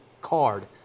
card